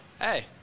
Hey